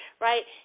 right